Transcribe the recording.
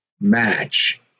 match